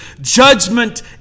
judgment